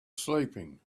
sleeping